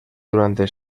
durante